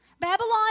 Babylon